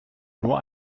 nur